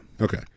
Okay